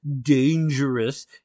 dangerous